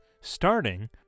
starting